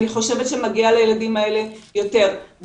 אני חושבת שמגיע לילדים האלה יותר.